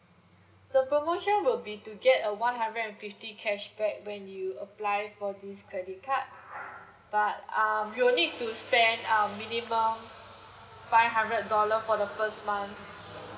the promotion will be to get a one hundred and fifty cashback when you apply for this credit card but um you'll need to spend a minimum five hundred dollar for the first month